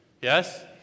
Yes